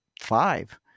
five